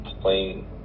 playing